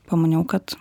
pamaniau kad